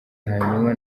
hanyuma